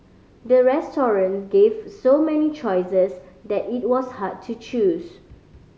the restaurant gave so many choices that it was hard to choose